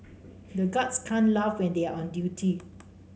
the guards can't laugh when they are on duty